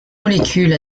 molécule